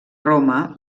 roma